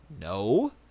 No